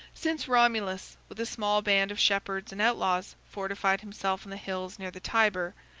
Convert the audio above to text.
since romulus, with a small band of shepherds and outlaws, fortified himself on the hills near the tyber,